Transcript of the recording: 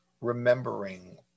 remembering